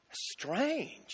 Strange